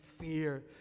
fear